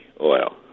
oil